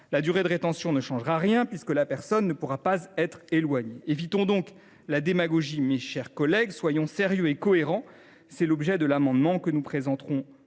la durée de rétention ne changera rien puisque ces personnes ne pourront pas être éloignées. Évitons donc la démagogie, mes chers collègues, soyons sérieux et cohérents. C’est l’objet de notre amendement de suppression,